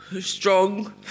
Strong